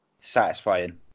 Satisfying